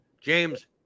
James